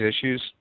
issues